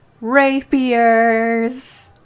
rapiers